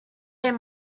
there